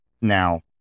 Now